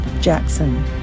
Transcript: Jackson